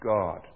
God